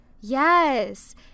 Yes